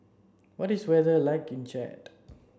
what is the weather like in Chad